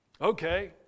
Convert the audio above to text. Okay